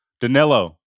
Danilo